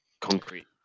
concrete